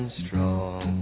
strong